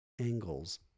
angles